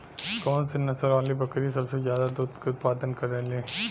कौन से नसल वाली बकरी सबसे ज्यादा दूध क उतपादन करेली?